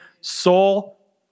Soul